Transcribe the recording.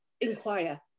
inquire